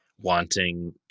wanting